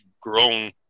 grown